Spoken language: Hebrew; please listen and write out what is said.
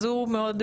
אז הוא האיש.